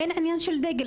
אין עניין של דגל,